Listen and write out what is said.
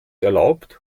erlaubt